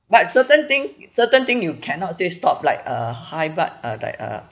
but certain thing certain thing you cannot say stop like uh high blood uh like uh